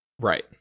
Right